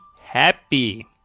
happy